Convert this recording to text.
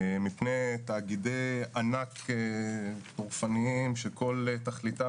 מפני תאגידי ענק דורסניים שכל תכליתם